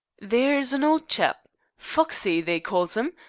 there's an old chap foxey they calls im,